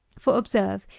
for, observe,